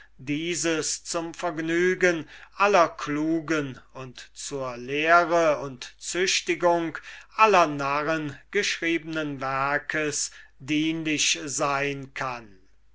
dieses zum vergnügen aller klugen und zur lehre und züchtigung aller n n geschriebenen werkes dienlich sein kann